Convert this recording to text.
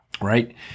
Right